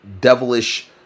devilish